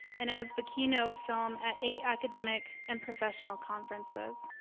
and as the keynote film at eight academic and professional conferences.